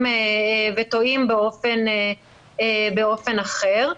וטועים באופן אחר.